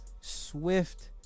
swift